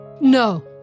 No